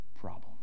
problem